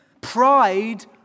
Pride